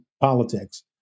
politics